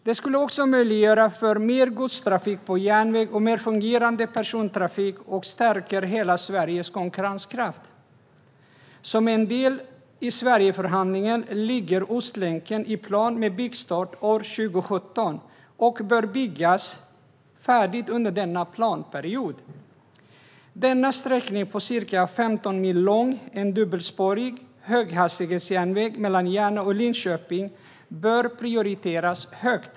De skulle också möjliggöra mer godstrafik på järnväg och mer fungerande persontrafik, vilket stärker hela Sveriges konkurrenskraft. Som en del i Sverigeförhandlingen ligger Ostlänken, med planerad byggstart 2017. Den bör byggas färdigt under denna planperiod. Denna sträckning, som är en ca 15 mil lång dubbelspårig höghastighetsjärnväg mellan Järna och Linköping, bör prioriteras högt.